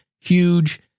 huge